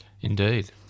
Indeed